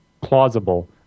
plausible